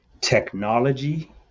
technology